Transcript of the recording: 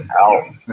out